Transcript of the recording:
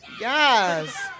Yes